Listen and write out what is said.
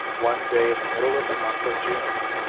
one day, in the middle of the month of june,